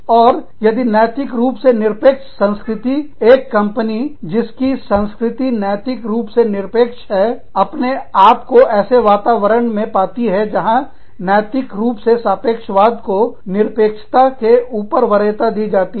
और यदि नैतिक रूप से निरपेक्ष संस्कृति एक कंपनी जिसकी संस्कृति नैतिक रूप से निरपेक्ष है अपने आप को ऐसे वातावरण में पाती है जहां नैतिक रूप से सापेक्षवाद को निरपेक्षता के ऊपर वरीयता दी जाती है